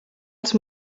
els